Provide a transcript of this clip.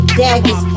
daggers